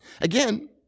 Again